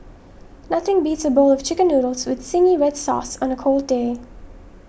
nothing beats a bowl of Chicken Noodles with Zingy Red Sauce on a cold day